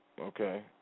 Okay